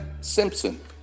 Simpson